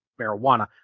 marijuana